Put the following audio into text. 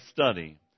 study